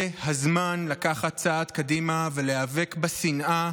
זה הזמן לקחת צעד קדימה ולהיאבק בשנאה